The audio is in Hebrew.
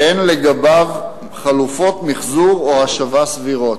שאין לגביו חלופות מיחזור או השבה סבירות.